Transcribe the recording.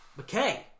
McKay